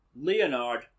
Leonard